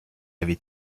avait